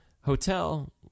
hotel